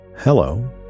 Hello